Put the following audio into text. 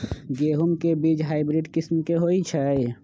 गेंहू के बीज हाइब्रिड किस्म के होई छई?